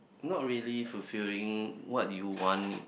not really fulfilling what you want